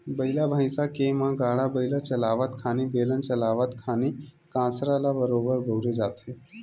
बइला भइसा के म गाड़ा बइला चलावत खानी, बेलन चलावत खानी कांसरा ल बरोबर बउरे जाथे